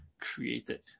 created